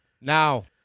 now